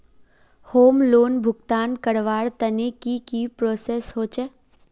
Home loan भुगतान करवार तने की की प्रोसेस होचे?